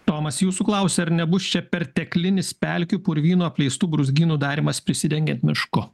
tomas jūsų klausia ar nebus čia perteklinis pelkių purvyno apleistų brūzgynų darymas prisidengiant mišku